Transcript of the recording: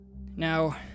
Now